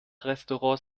restaurants